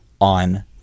on